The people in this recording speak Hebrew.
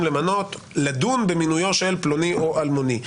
לדון במינויו של פלוני או אלמוני,